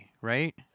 right